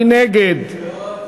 מי נגד?